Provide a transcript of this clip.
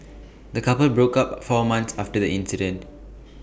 the couple broke up four months after the incident